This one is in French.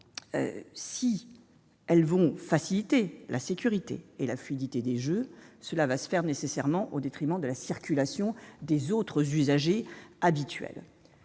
tout en facilitant la sécurité et la fluidité des Jeux, cela s'effectuera nécessairement au détriment de la circulation des autres usagers habituels.